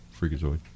Freakazoid